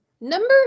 number